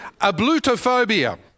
Ablutophobia